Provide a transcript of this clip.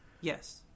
Yes